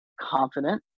confident